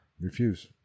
refuse